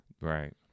Right